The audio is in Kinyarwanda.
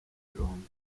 birombe